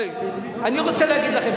אני רוצה להגיד לכם,